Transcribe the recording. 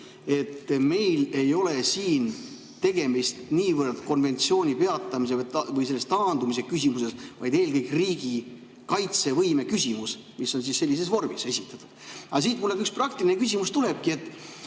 et meil ei ole siin tegemist niivõrd konventsiooni peatamise või sellest taandumise küsimusega, vaid eelkõige riigi kaitsevõime küsimusega, mis on sellises vormis esitatud. Aga siit mul üks praktiline küsimus tulebki.